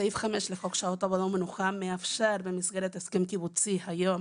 סעיף 5 לחוק שעות עבודה ומנוחה מאפשר במסגרת הסכם קיבוצי היום